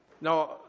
Now